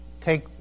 take